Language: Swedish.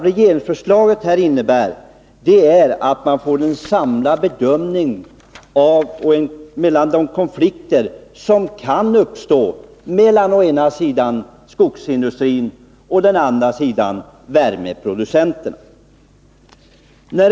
Regeringsförslaget innebär att man får en samlad bedömning av de konflikter som kan uppstå mellan å ena sidan skogsindustrin och å andra sidan värmeproducenterna.